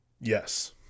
Yes